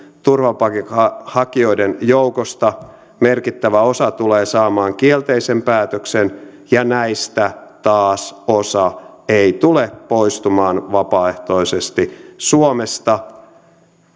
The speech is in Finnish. turvapaikanhakijoiden joukosta merkittävä osa tulee saamaan kielteisen päätöksen ja näistä taas osa ei tule poistumaan vapaaehtoisesti suomesta